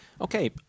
Okay